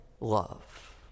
love